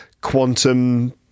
quantum